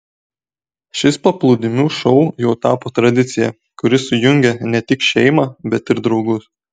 šis paplūdimių šou jau tapo tradicija kuri sujungia ne tik šeimą bet ir draugus